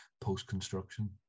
post-construction